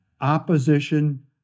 opposition